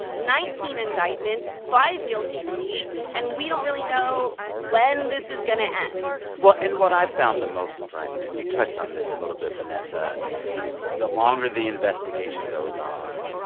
nineteen indictments, five guilty pleas. and we don't really know when this is going to end well, and what i found the most surprising and you touched on this a little bit, vanessa the longer the investigation goes on,